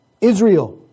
Israel